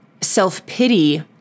self-pity